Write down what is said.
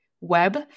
web